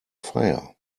fire